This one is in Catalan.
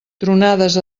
tronades